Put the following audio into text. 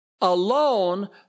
alone